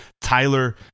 Tyler